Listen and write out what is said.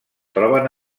troben